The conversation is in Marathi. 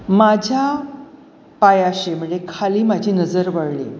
माझ्या पायाशी म्हणजे खाली माझी नजर वळली